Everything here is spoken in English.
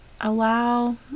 Allow